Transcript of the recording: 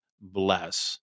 bless